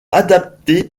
adapté